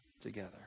together